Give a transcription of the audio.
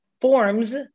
forms